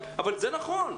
אבל זה נכון.